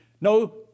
no